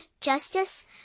justice